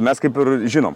mes kaip ir žinom